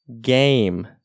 game